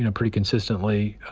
ah pretty consistently,